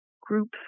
groups